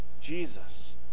Jesus